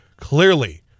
clearly